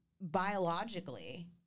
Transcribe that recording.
biologically